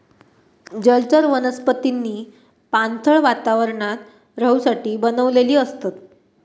जलचर वनस्पतींनी पाणथळ वातावरणात रहूसाठी बनलेली असतत